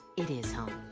it is home.